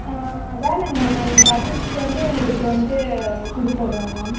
ஆ வேணாங்க மேம் நாங்கள் இந்த அட்ரெஸுக்கு வந்து உங்களுக்கு வந்து கொடுத்துட்றோங்க மேம்